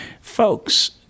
folks